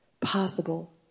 possible